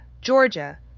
Georgia